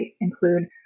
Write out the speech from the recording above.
include